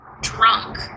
drunk